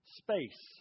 space